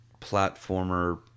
platformer